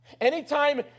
Anytime